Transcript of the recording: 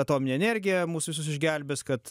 atominė energija mus visus išgelbės kad